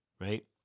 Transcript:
Right